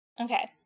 Okay